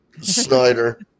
Snyder